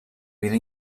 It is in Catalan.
vida